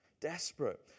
Desperate